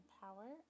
power